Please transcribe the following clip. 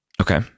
Okay